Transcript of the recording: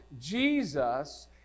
Jesus